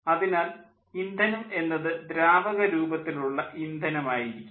അതിനാൽ ഇന്ധനം എന്നത് ദ്രാവകരൂപത്തിലുള്ള ഉള്ള ഇന്ധനം ആയിരിക്കും